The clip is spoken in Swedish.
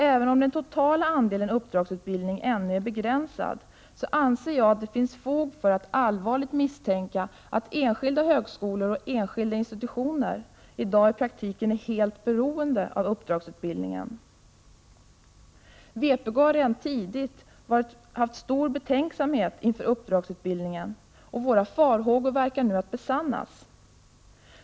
Även om den totala andelen uppdragsutbildning ännu är begränsad finns det fog för att allvarligt misstänka att enskilda högskolor och enskilda institutioner i dag i praktiken är helt beroende av uppdragsutbildningen. Vpk har redan tidigt känt stark betänksamhet inför uppdragsutbildningen, och våra farhågor verkar besannas.